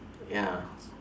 ya